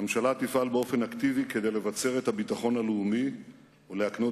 הממשלה תפעל באופן אקטיבי כדי לבצר את הביטחון הלאומי ולהקנות